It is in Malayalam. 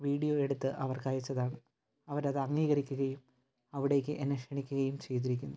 വീഡിയോ എടുത്ത് അവർക്കയച്ചതാണ് അവരതംഗീകരിക്കുകയും അവിടേക്ക് എന്നെ ക്ഷണിക്കുകയും ചെയ്തിരിക്കുന്നു